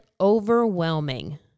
overwhelming